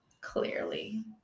clearly